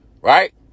right